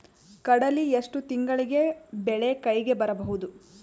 ಕಡಲಿ ಎಷ್ಟು ತಿಂಗಳಿಗೆ ಬೆಳೆ ಕೈಗೆ ಬರಬಹುದು?